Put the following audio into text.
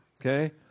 Okay